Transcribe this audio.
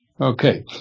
Okay